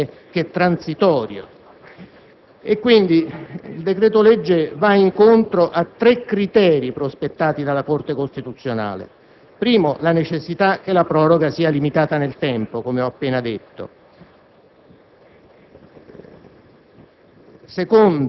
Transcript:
il regime di proroga non potesse essere che transitorio. Ebbene, il decreto-legge va incontro a tre criteri prospettati dalla Corte costituzionale: in primo luogo, la necessità che la proroga sia limitata nel tempo; in secondo